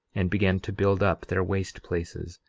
and began to build up their waste places,